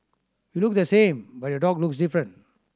you look the same but your dog looks different